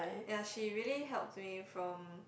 ya she really helps me from